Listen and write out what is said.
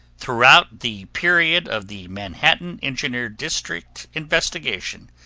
throughout the period of the manhattan engineer district investigation,